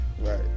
Right